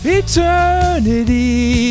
eternity